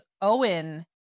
Owen